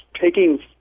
taking